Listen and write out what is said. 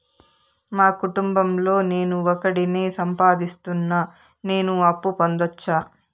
మా కుటుంబం లో నేను ఒకడినే సంపాదిస్తున్నా నేను అప్పు పొందొచ్చా